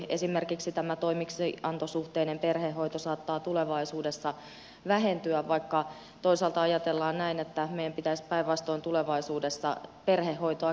esimerkiksi toimeksiantosuhteinen perhehoito saattaa tulevaisuudessa vähentyä vaikka toisaalta ajatellaan näin että meidän pitäisi päinvastoin tulevaisuudessa perhehoitoa kehittää